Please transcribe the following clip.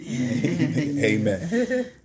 Amen